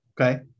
Okay